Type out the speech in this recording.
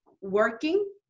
working